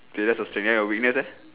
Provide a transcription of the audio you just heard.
K that's your strength then your weakness lah